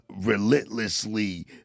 relentlessly –